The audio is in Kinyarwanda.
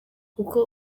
kuko